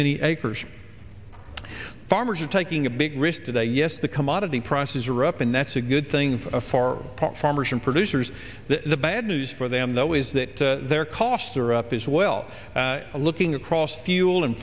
many acres farmers are taking a big risk today yes the commodity prices are up and that's a good thing for farmers and producers the bad news for them though is that their costs are up as well looking across fuel and